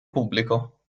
pubblico